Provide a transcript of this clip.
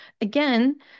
Again